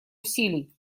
усилий